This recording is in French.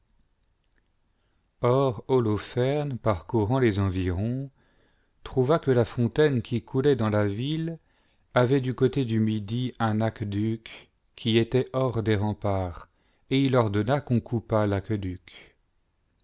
holoferne parcourant les environs trouva que la fontaine qui coulait dans la ville avait du côté du midi un aqueduc qui était hors des remparts et il ordonna qu'on coupât l'aqueduc